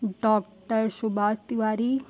doctor Subhash Tiwari